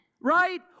right